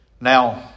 Now